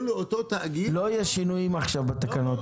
לאותו תאגיד --- לא יהיו שינויים עכשיו בתקנות.